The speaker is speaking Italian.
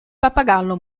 pappagallo